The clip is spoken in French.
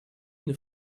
une